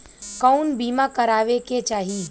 कउन बीमा करावें के चाही?